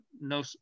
no